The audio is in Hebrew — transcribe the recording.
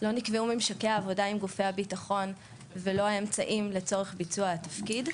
לא נקבעו ממשקי העבודה עם גופי הביטחון ולא האמצעים לצורך ביצוע התפקיד.